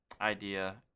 idea